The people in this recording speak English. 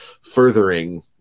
furthering